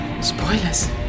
Spoilers